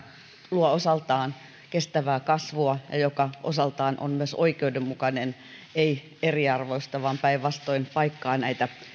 luo osaltaan kestävää kasvua ja joka osaltaan on myös oikeudenmukainen ei eriarvoista vaan päinvastoin paikkaa näitä